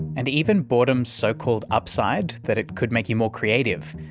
and even boredom's so-called upside, that it could make you more creative,